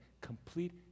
complete